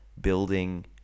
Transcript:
building